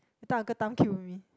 later Uncle-Tham queue with me